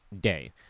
day